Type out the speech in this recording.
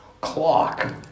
clock